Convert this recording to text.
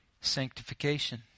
sanctification